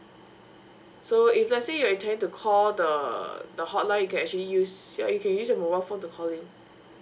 so if let's say you are intending to call the the hotline you can actually use ya you can use your mobile phone to call in